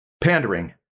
pandering